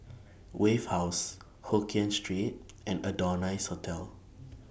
Wave House Hokien Street and Adonis Hotel